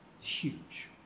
Huge